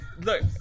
Look